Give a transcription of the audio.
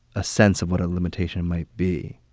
ah sense of what a limitation might be.